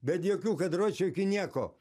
bet jokių kadruočių jokių nieko